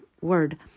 word